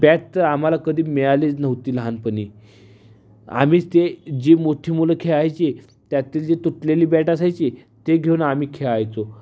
bat तर आम्हाला कधी मिळालीच नव्हती लहानपणी आम्हीच ते जे मोठी मुलं खेळायची त्यातील जे तुटलेली बॅट असायची ते घेऊन आम्ही खेळायचो